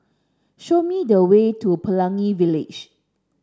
show me the way to Pelangi Village